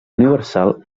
universal